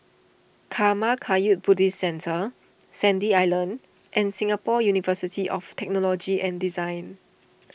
Karma Kagyud Buddhist Centre Sandy Island and Singapore University of Technology and Design